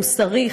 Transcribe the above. מוסרי,